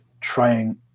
trying